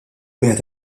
wieħed